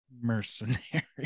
mercenary